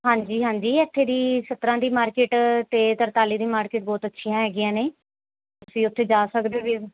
ਹਾਂਜੀ ਹਾਂਜੀ ਇੱਥੇ ਦੀ ਸਤਾਰ੍ਹਾਂ ਦੀ ਮਾਰਕੀਟ ਅਤੇ ਤਰਤਾਲੀ ਦੀ ਮਾਰਕੀਟ ਬਹੁਤ ਅੱਛੀਆਂ ਹੈਗੀਆਂ ਨੇ ਤੁਸੀਂ ਉੱਥੇ ਜਾ ਸਕਦੇ